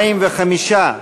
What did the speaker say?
45,